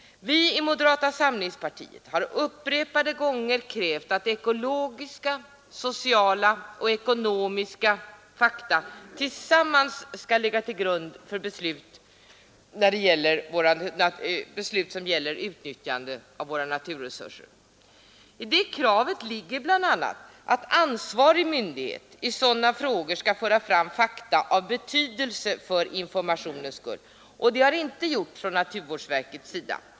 Vi i moderata samlingspartiet har upprepade gånger krävt att ekologiska, sociala och ekonomiska fakta tillsammans skall ligga till grund för beslut om utnyttjande av våra naturresurser. I det kravet ligger bl.a. att ansvarig myndighet i sådana frågor skall föra fram fakta av betydelse för informationens skull. Detta har inte gjorts från naturvårdsverkets sida.